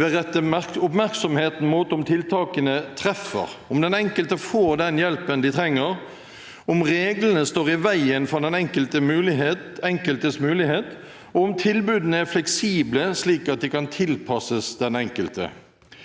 vil rette oppmerksomheten mot om tiltakene treffer, om den enkelte får den hjelpen de trenger, om reglene står i veien for den enkeltes mulighet, om tilbudene er fleksible, slik at de kan tilpasses den enkelte.